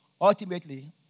Ultimately